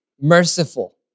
merciful